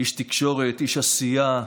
איש תקשורת, איש עשייה,